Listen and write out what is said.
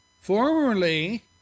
formerly